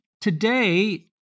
today